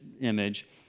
image